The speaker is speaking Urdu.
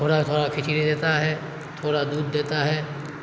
تھوڑا تھوڑا کھچڑی دیتا ہے تھوڑا دودھ دیتا ہے